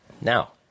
Now